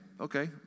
okay